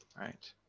right